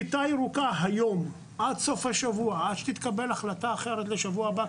כיתה ירוקה היום ועד סוף השבוע או עד שתתקבל החלטה אחרת לשבוע הבא,